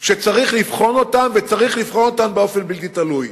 שצריך לבחון אותם וצריך לבחון אותם באופן בלתי תלוי,